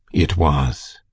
it was.